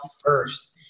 first